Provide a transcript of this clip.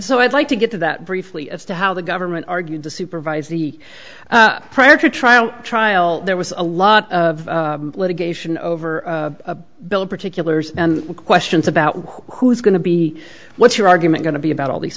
so i'd like to get to that briefly as to how the government argued to supervise the prior to trial trial there was a lot of litigation over a bill of particulars and questions about who's going to be what's your argument going to be about all these